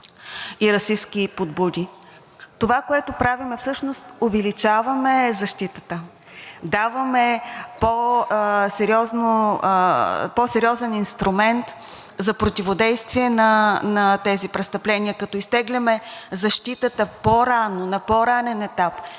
Това, което правим, е, всъщност увеличаваме защитата. Даваме по-сериозен инструмент за противодействие на тези престъпления, като изтегляме защитата по-рано, на по-ранен етап,